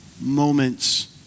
moments